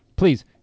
please